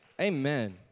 Amen